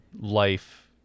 life